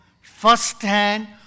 firsthand